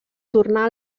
tornar